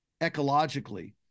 ecologically